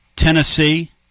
Tennessee